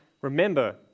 remember